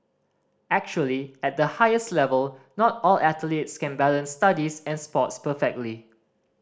actually at the highest level not all athletes can balance studies and sports perfectly